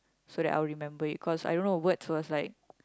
so that I'll remember it cause I don't know words was like